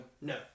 No